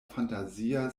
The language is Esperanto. fantazia